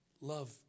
Love